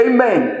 Amen